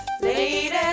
Lady